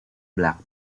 black